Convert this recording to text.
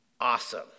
Awesome